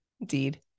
Indeed